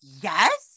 yes